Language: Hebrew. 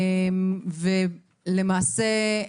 למעשה,